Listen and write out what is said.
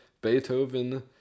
Beethoven